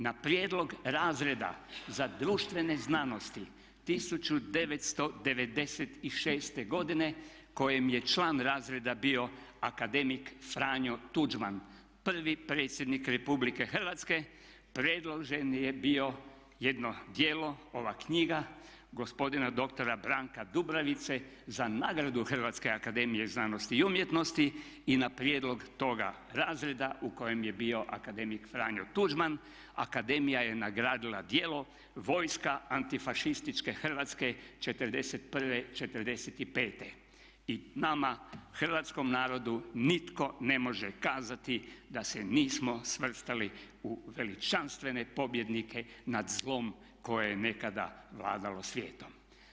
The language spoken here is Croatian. Na prijedlog razreda za društvene znanosti 1996. godine kojim je član razreda bio akademik Franjo Tuđman, prvi predsjednik Republike Hrvatske, predloženo je bilo jedno djelo, ova knjiga gospodina dr. Branka Dubravice za nagradu Hrvatske akademije znanosti i umjetnosti i na prijedlog toga razreda u kojem je bio akademik Franjo Tuđman akademija je nagradila djelo "Vojska antifašističke Hrvatske '41.-'45." I nama hrvatskom narodu nitko ne može kazati da se nismo svrstali u veličanstvene pobjednike nad zlom koje je nekada vladalo svijetom.